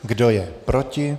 Kdo je proti?